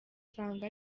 usanga